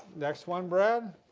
next one, brad,